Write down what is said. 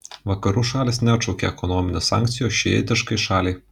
vakarų šalys neatšaukė ekonominių sankcijų šiitiškai šaliai